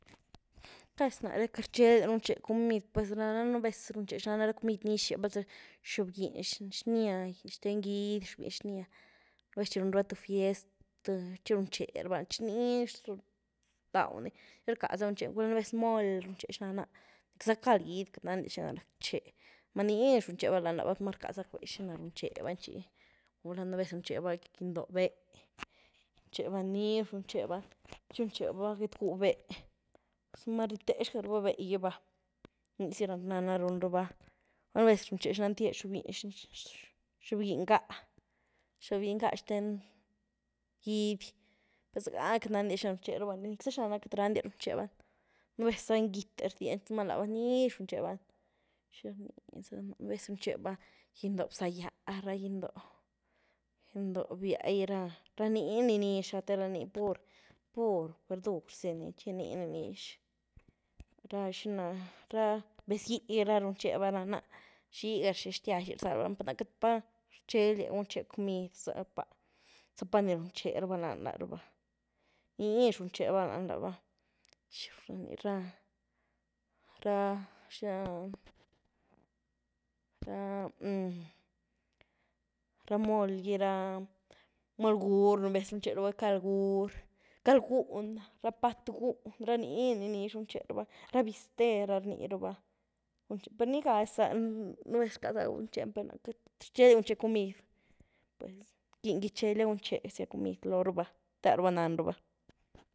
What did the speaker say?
Cazi naré queity rcheldiá runche cumid' puez raná nubéz runché xana ra cumid' nizh'áz bal za xiobginy xníá xten gyíedy, xíobginy xíá, nubéz chi runruba tïé fiest' tïé chi runcheruba lan, chi nizh rdauni, bal rcaza gunchén, gula nubéz moly runché xnana. Nic'za cald gyiédy queity nandía xina rac'ché uma nizh runcheba laba uma rcaza gac'be'be xina runcheban chi, gula nubéz runcheba gyíindoóh behé, runcheba, nizh runcheba, chi runcheba get'gúh behé, zuma ryitézhgaruba behé gí ba, nizi nana runruba, gula nubéz runché xnantyé xíobginy n'gá, xíobginy n'gá xten gyíedy per ziega queity nandía xina runcherubani, nic'za xnana queity randía runcheban, nubéz lanyí gíité rídien uma labaa nizh runcheban, xiranizano, nubéz runcheba gyíndoó bzagyiáh ra gyíndoó, gyíndoó biaági ra nini nizh terani pur-pur verdur zeni chi nini nizh, ra xina, ra bézgí'i runcheba rana xiga xi xtyiaázhi rzalba loóhn per na queity pa rcheldia gunché cumid' zíepa, zíepa ni runcheruba lan laruba, nizh runcherubalan laruba, ra-ra xinagilan ra ra moly gí ra moly gwuur, nuvez runcheruba cald gwuur, cal guún na, ra pat' guún ra nini nizh runcheruba, ra biste ra rniruba, per' nigaziza, nubéz rcaza gunchén per' queity rcheldia runché cumid' pues rquieny gíchielia gunché cumid' loóhruba té laruba nanruba.